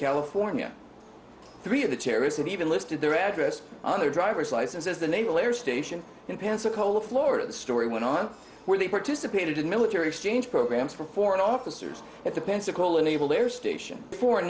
california three of the terrorists even listed their address on their driver's license as the naval air station in pensacola florida the story went on where they participated in military strange programs for foreign officers at the pensacola naval air station for